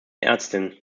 ärztin